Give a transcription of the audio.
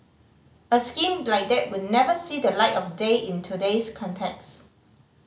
a scheme like that would never see the light of day in today's context